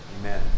amen